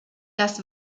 das